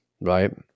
right